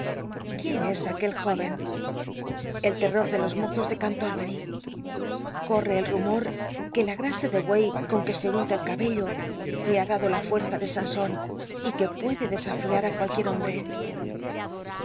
quién es aquel jó mozos de cantorbcry corrc el rumor rrr tc la grasa de buey con que se unta el ca bello le ha dado la fuerza de sanson y que puede desafiar cualquier hombre